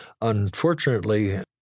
Unfortunately